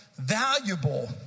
valuable